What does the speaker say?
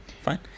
fine